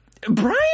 Brian